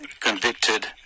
convicted